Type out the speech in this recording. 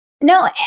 No